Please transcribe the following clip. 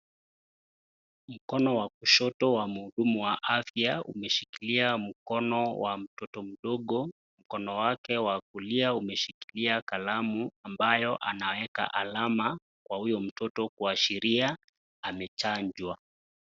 Mkono wa kushoto wa mhudumu wa afya umeshikilia mkono wa mtoto mdogo, mkono wake wa kulia umeshikilia kalamu ambayo anaeka alama kwa huyo mtoto kuashiria amechanjwa.